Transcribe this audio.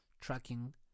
tracking